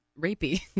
rapey